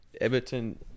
Everton